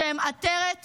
שהם עטרת ראשנו,